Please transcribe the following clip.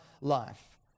life